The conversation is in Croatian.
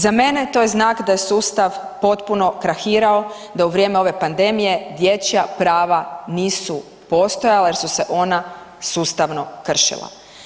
Za mene, to je znak da je sustav potpuno krahirao, da u vrijeme ove pandemije dječja prava nisu postojala jer su se ona sustavno kršila.